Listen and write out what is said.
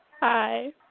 Hi